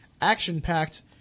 action-packed